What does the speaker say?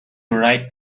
write